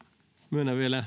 myönnän vielä